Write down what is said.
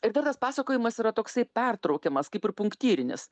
ir dar tas pasakojimas yra toksai pertraukiamas kaip ir punktyrinis